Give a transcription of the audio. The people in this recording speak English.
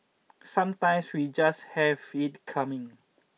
sometimes we just have it coming